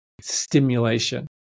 stimulation